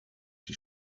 die